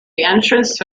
entrance